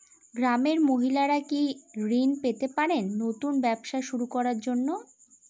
গ্রামের মহিলারা কি কি ঋণ পেতে পারেন নতুন ব্যবসা শুরু করার জন্য?